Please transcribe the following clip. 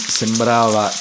sembrava